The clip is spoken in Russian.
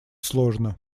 сложно